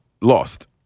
lost